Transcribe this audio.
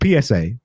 PSA